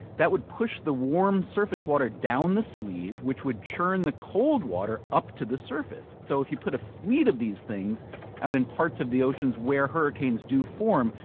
that would push the warm surface water down the sleeve, which would churn the cold water up to the surface. so if you put a fleet of these things out in parts of the oceans where hurricanes do form,